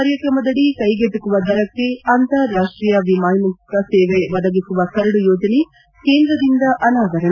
ಉಡಾನ್ ಕಾರ್ಯಕ್ರಮದಡಿ ಕೈಗೆಟಕುವ ದರಕ್ಕೆ ಅಂತಾರಾಷ್ಟೀಯ ವೈಮಾನಿಕ ಸೇವೆ ಒದಗಿಸುವ ಕರಡು ಯೋಜನೆ ಕೇಂದ್ರದಿಂದ ಅನಾವರಣ